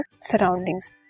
surroundings